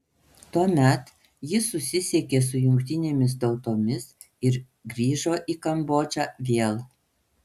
tuomet ji susisiekė su jungtinėmis tautomis ir grįžo į kambodžą vėl